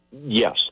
yes